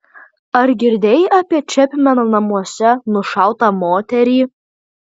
ar girdėjai apie čepmeno namuose nušautą moterį